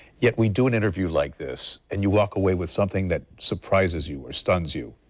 yet we do an interview like this and you walk away with something that surprises you or stuns you.